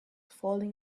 falling